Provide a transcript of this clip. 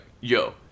yo